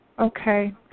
Okay